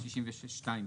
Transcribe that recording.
בסעיף